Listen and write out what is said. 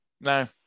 No